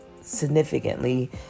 significantly